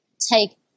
take –